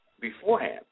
beforehand